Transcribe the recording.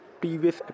previous